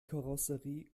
karosserie